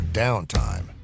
downtime